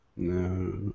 No